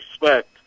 respect